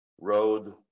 road